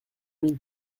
mille